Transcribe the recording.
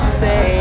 say